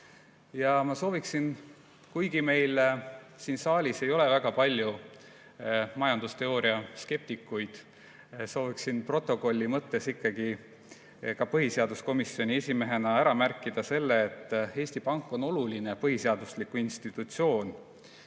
sooviksin, kuigi meil siin saalis ei ole väga palju majandusteooria skeptikuid, protokolli mõttes ikkagi ka põhiseaduskomisjoni esimehena ära märkida selle, et Eesti Pank on oluline põhiseaduslik institutsioon,